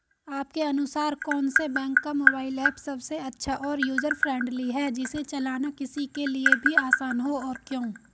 आपके अनुसार कौन से बैंक का मोबाइल ऐप सबसे अच्छा और यूजर फ्रेंडली है जिसे चलाना किसी के लिए भी आसान हो और क्यों?